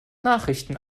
nachrichten